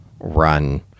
run